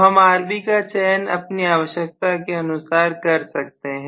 तो हम RB का चयन अपनी आवश्यकता के अनुसार कर सकते हैं